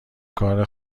کار